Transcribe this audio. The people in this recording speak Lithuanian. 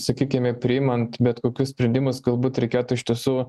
sakykime priimant bet kokius sprendimus galbūt reikėtų iš tiesų